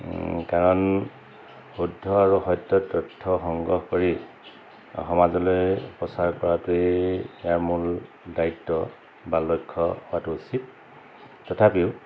কাৰণ শুদ্ধ আৰু সত্য তথ্য সংগ্ৰহ কৰি সমাজলৈ প্ৰচাৰ কৰাটোৱেই ইয়াৰ মূল দায়িত্ব বা লক্ষ্য হোৱাটো উচিত তথাপিও